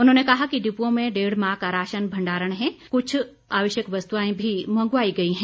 उन्होंने कहा कि डिपुओं में डेढ़ माह का राशन भण्डारण है और कुछ आवश्यक वस्तुएं भी मंगवाई गई हैं